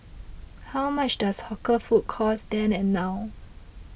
how much does hawker food cost then and now